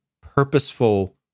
purposeful